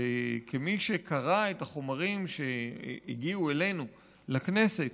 שכמי שקרא את החומרים שהגיעו אלינו לכנסת,